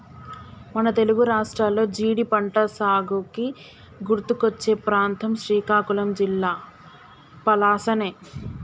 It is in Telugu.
మన తెలుగు రాష్ట్రాల్లో జీడి పంటసాగుకి గుర్తుకొచ్చే ప్రాంతం శ్రీకాకుళం జిల్లా పలాసనే